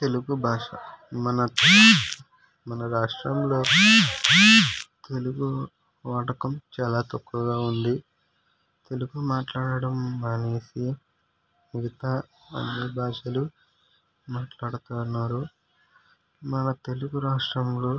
తెలుగు భాష మన మన రాష్ట్రంలో తెలుగు వాడకం చాలా తక్కువగా ఉంది తెలుగు మాట్లాడటం మానేసి మిగతా అన్ని భాషలు మాట్లాడుతున్నారు మన తెలుగు రాష్ట్రంలో